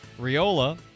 Riola